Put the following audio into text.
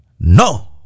no